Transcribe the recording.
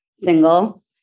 single